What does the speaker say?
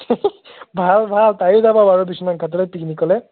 ভাল ভাল তায়ো যাব বাৰু বিশ্বনাথ ঘাটলৈ পিকনিকলৈ